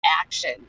action